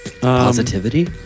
Positivity